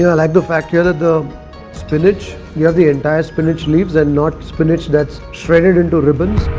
yeah like the fact here that the spinach. you have the entire spinach leaves and not spinach that's shredded into ribbons.